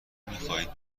میخواهید